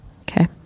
okay